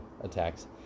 Attacks